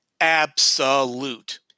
absolute